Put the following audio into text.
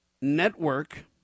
network